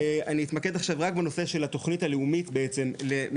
אני אתמקד עכשיו רק בנושא של התוכנית הלאומית למניעת